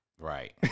Right